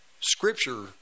scripture